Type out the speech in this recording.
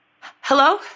Hello